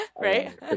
Right